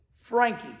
Frankie